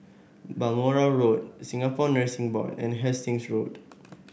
Balmoral Road Singapore Nursing Board and Hastings Road